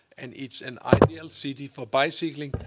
and it's an ideal city for bicycling.